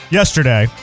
yesterday